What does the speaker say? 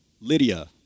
Lydia